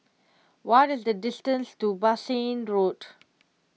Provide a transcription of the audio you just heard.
what is the distance to Bassein Road